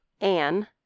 Anne